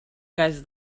cas